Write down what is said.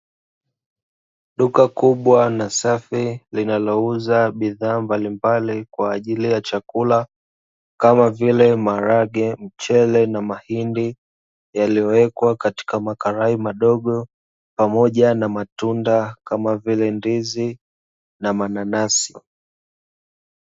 Duka kubwa na safi linalouza bidhaa mbalimbali kwa ajili ya chakula kama vile maharage, mchele na mahindi yaliyowekwa katika makalai madogo pamoja na matunda kama vile ndizi na mananasi.